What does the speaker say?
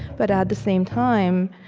but, at the same time,